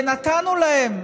ונתנו להם